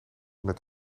met